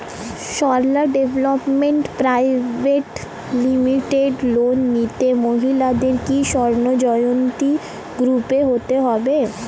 Sarala development private limited loan নিতে মহিলাদের কি স্বর্ণ জয়ন্তী গ্রুপে হতে হবে?